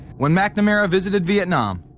when mcnamara visited vietnam,